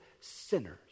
sinners